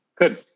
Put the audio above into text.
Good